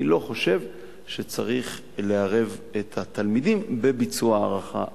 אני לא חושב שצריך לערב את התלמידים בביצוע ההערכה עצמה.